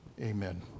amen